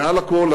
מעל הכול,